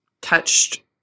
touched